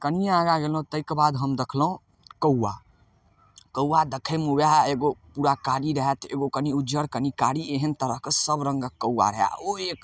कनी आगाँ गेलहुँ तैके बाद हम देखलहुँ कौआ कौआ देखयमे वएह एगो पूरा कारी रहय तऽ एगो कने उज्जर कने कारी एहन तरहके सब रङ्गके कौआ रहै ओ एक